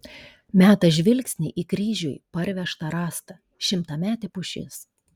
meta žvilgsnį į kryžiui parvežtą rąstą šimtametė pušis